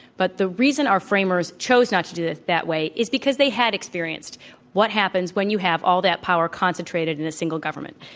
but the reason our framers chose not to do it that way is because they had experienced what happens when you have all that power concentrated in a single government.